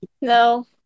no